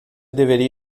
deveria